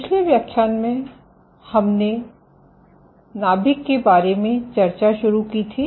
पिछले व्याख्यान में हमने नाभिक के बारे में चर्चा शुरू की थी